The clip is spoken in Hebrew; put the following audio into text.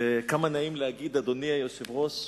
וכמה נעים להגיד "אדוני היושב-ראש"